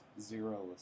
Zero